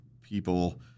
people